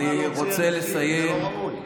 זה לא ראוי.